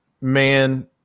man